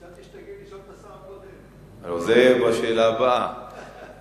רצוני לשאול: 1. מדוע פורסם דוח זה רק עתה?